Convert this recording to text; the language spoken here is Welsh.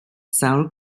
sawl